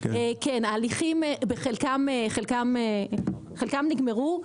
חלקם נגמרו.